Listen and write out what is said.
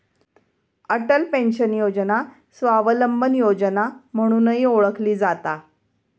Atal pension योजना स्वावलंबन योजना म्हणूनही ओळखली जाता